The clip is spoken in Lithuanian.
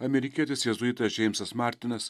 amerikietis jėzuitas džeimsas martinas